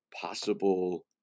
possible